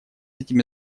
этими